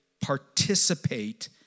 participate